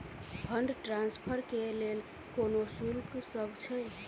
Fund transfer केँ लेल कोनो शुल्कसभ छै?